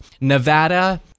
Nevada